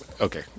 Okay